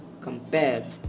compare